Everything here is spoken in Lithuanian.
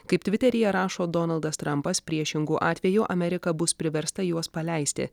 kaip tviteryje rašo donaldas trampas priešingu atveju amerika bus priversta juos paleisti